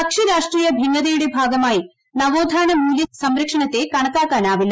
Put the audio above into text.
കക്ഷിരാഷ്ട്രീയ ഭിന്നതയുടെ ഭാഗമായി നവോത്ഥാന മൂല്യ സംരക്ഷണത്തെ കാണാനാവില്ല